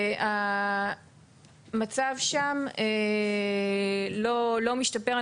המצב שם לא משתפר.